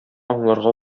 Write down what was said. аңларга